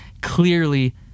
clearly